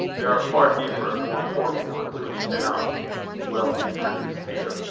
there are far deeper and more important ones, which cannot well be produced here.